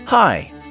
Hi